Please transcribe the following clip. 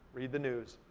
read the news,